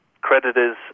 creditors